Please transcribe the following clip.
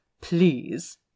Please